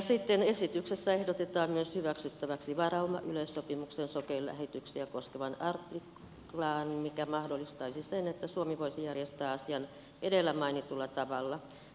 sitten esityksessä ehdotetaan myös hyväksyttäväksi varauma yleissopimuksen sokeainlähetyksiä koskevaan artiklaan mikä mahdollistaisi sen että suomi voisi järjestää asian edellä mainitulla tavalla